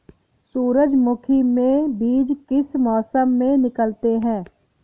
सूरजमुखी में बीज किस मौसम में निकलते हैं?